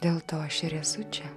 dėl to aš ir esu čia